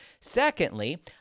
Secondly